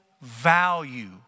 value